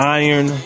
iron